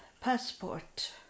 passport